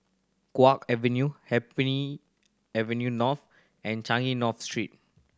Guok Avenue Happy Avenue North and Changi North Street